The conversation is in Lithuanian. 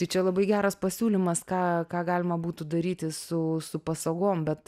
tai čia labai geras pasiūlymas ką ką galima būtų daryti su su pasagom bet